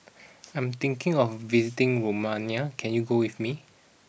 I'm thinking of visiting Romania can you go with me